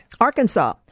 Arkansas